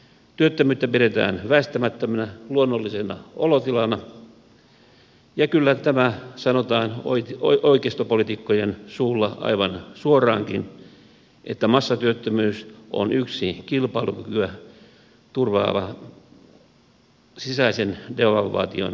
työttömyyttä pidetään väistämättömänä luonnollisena olotilana ja kyllä sanotaan oikeistopoliitikkojen suulla aivan suoraankin että massatyöttömyys on yksi kilpailukykyä turvaava sisäisen devalvaation instrumentti